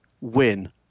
win